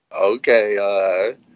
okay